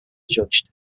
judged